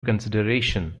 consideration